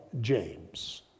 James